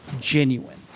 genuine